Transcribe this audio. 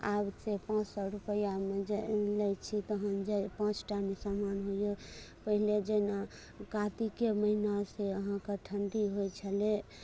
आब से पाँच सए रुपैआमे जे आनि लैछी तहन जे पाँच टा नहि सामान होइए पहिले जेना कातिके महिना सए अहाँकऽ ठण्ढी होइत छलै